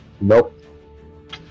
Nope